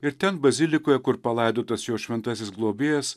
ir ten bazilikoje kur palaidotas jo šventasis globėjas